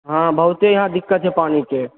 हँ बहुते यहाँ दिक्कत है पानिके